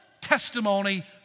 testimony